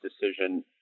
decision